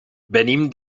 venim